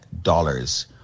dollars